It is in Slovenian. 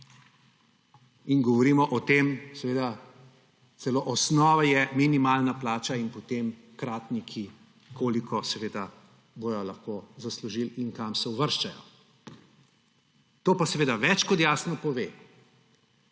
in govorimo o tem, seveda celo osnova je minimalna plača, in potem kratniki, koliko bojo lahko zaslužili in kam se uvrščajo. To pa seveda več kot jasno pove,